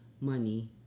money